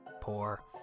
poor